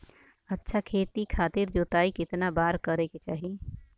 अच्छा खेती खातिर जोताई कितना बार करे के चाही?